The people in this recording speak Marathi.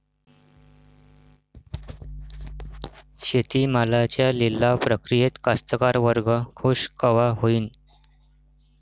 शेती मालाच्या लिलाव प्रक्रियेत कास्तकार वर्ग खूष कवा होईन?